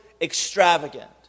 extravagant